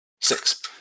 Six